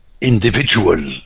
individual